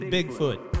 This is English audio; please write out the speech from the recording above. Bigfoot